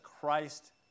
Christ